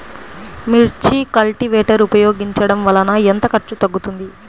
మిర్చి కల్టీవేటర్ ఉపయోగించటం వలన ఎంత ఖర్చు తగ్గుతుంది?